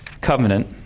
covenant